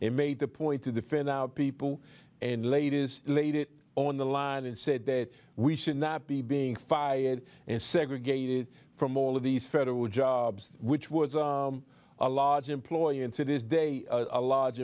they made the point to defend our people and ladies laid it on the line and said that we should not be being fired and segregated from all of these federal jobs which words are a large employer and so this day a large